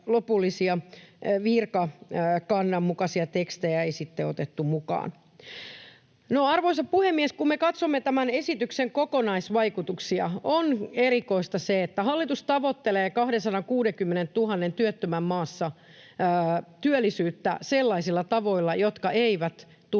virkakannan mukaisia tekstejä ei sitten otettu mukaan. Arvoisa puhemies! Kun me katsomme tämän esityksen kokonaisvaikutuksia, on erikoista, että hallitus tavoittelee 260 000 työttömän maassa työllisyyttä sellaisilla tavoilla, jotka eivät tule